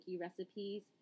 recipes